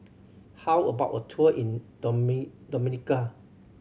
how about a tour in Dominica